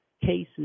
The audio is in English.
cases